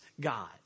God